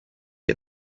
get